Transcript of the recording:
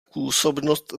působnost